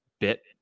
bit